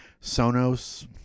Sonos